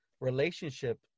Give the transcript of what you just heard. relationship